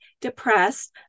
depressed